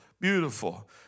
beautiful